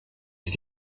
ist